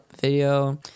video